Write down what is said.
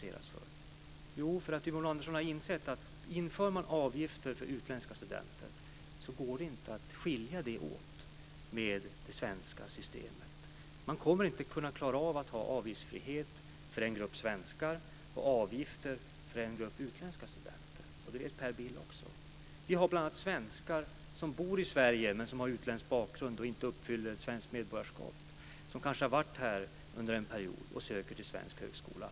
Varför ska de kompenseras? Jo, Yvonne Andersson har insett att om man inför avgifter för utländska studenter så går det inte att skilja studenterna åt med det svenska systemet. Man kommer inte att klara av att ha avgiftsfrihet för en grupp svenskar och avgifter för en grupp utländska studenter - det vet Per Bill också. Vi har bl.a. svenskar som bor i Sverige men som har utländsk bakgrund och inte uppfyller kraven för svenskt medborgarskap. De kanske har varit här under en period, och söker till svensk högskola.